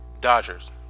Dodgers